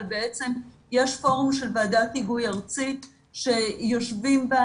אבל בעצם יש פורום של ועדת היגוי ארצית שיושבים בה